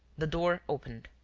the door opened.